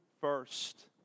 first